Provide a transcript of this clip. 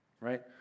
right